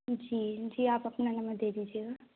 जी जी आप अपना नंबर दे दीजिएगा